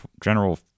general